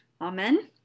Amen